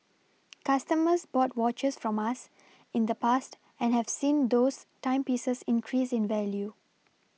customers bought watches from us in the past and have seen those timepieces increase in value